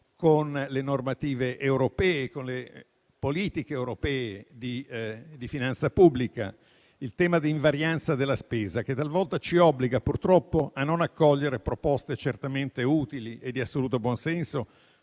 con le normative europee e con le politiche europee di finanza pubblica, dell'invarianza della spesa, che talvolta ci obbliga, purtroppo, a non accogliere proposte certamente utili e di assoluto buon senso,